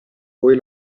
voi